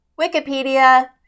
wikipedia